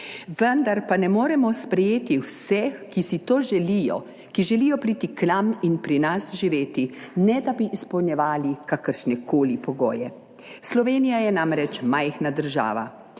vendar pa ne moremo sprejeti vseh, ki si to želijo, ki želijo priti k nam in pri nas živeti, ne da bi izpolnjevali kakršnekoli pogoje. Slovenija je namreč majhna država,